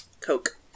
Coke